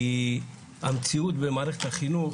כי המציאות במערכת החינוך,